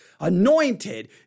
Anointed